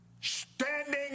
standing